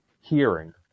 hearing